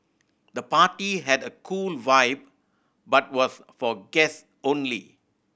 the party had a cool vibe but was for guests only